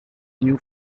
new